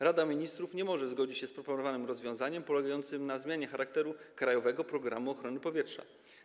Rada Ministrów nie może zgodzić się z proponowanym rozwiązaniem polegającym na zmianie charakteru „Krajowego programu ochrony powietrza”